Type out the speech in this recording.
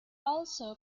also